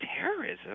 terrorism